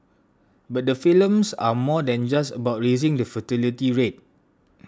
but the films are more than just about raising the fertility rate